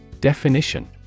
Definition